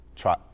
try